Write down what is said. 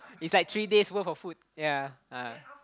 it's like three days worth of food ya (uh huh)